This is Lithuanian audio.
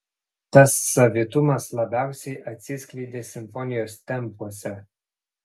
tas savitumas labiausiai atsiskleidė simfonijos tempuose